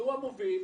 והוא המוביל,